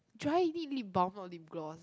dry you need lip balm or lip gloss